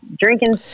drinking